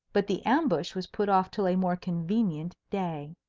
but the ambush was put off till a more convenient day.